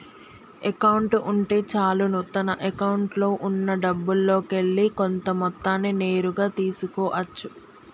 account ఉంటే చాలును తన అకౌంట్లో ఉన్నా డబ్బుల్లోకెల్లి కొంత మొత్తాన్ని నేరుగా తీసుకో అచ్చు